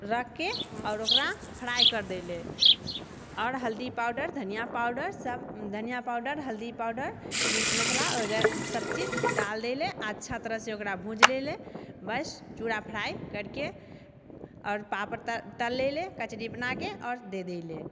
रखके आओर ओकरा फ्राइ कर देलै आओर हल्दी पाउडर धनिआ पाउडर सब धनिआँ पाउडर हल्दी पाउडर मिक्स मसाला सब चीज डाल देलै आओर अच्छा तरहसँ ओकरा भूज लेले यऽ बस चूरा फ्राइ करके आओर पापड़ तल लेलै कचड़ी बनाके आओर दे देलै